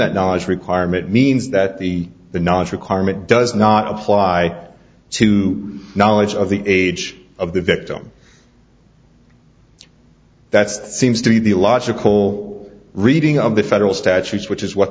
that knowledge requirement means that the knowledge requirement does not apply to knowledge of the age of the victim that's seems to be the logical reading of the federal statutes which is what